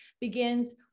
begins